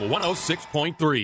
106.3